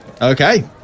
okay